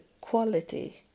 quality